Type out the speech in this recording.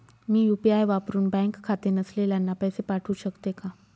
मी UPI वापरुन bank खाते नसलेल्यांना पैसे पाठवू शकते का?